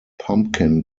pumpkin